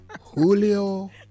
Julio